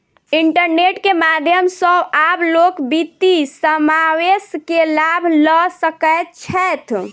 internet के माध्यम सॅ आब लोक वित्तीय समावेश के लाभ लअ सकै छैथ